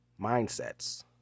mindsets